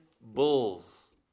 bulls